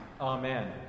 Amen